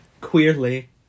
Queerly